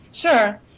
Sure